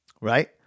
right